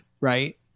right